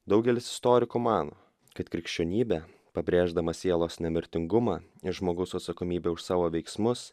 daugelis istorikų mano kad krikščionybė pabrėždama sielos nemirtingumą ir žmogaus atsakomybę už savo veiksmus